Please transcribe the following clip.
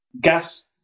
gas